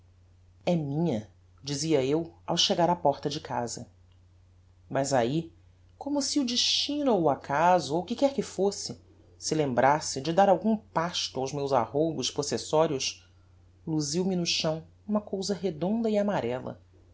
é minha dizia eu ao chegar á porta de casa mas ahi como se o destino ou o acaso ou o que quer que fosse se lembrasse de dar algum pasto aos meus arroubos possessorios luziu me no chão uma cousa redonda e amarella